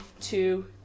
two